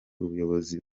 ubuyobozi